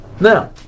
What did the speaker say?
Now